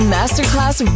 Masterclass